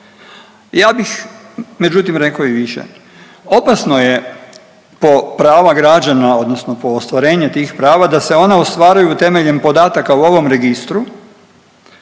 Ja bih međutim rekao i više. Opasno je po prava građana odnosno po ostvarenje tih prava da se ona ostvaruju temeljem podataka u ovom registru,